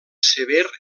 sever